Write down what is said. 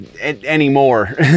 anymore